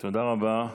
תודה רבה.